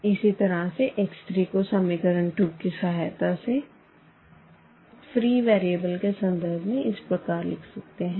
इसी तरह से x 3 को इक्वेशन 2 की सहायता से फ्री वेरिएबल के संदर्भ में इस प्रकार लिख सकते है